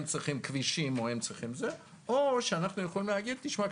הם צריכים כבישים או הם צריכים כך וכך או שאנחנו יכולים להגיד: תשמע,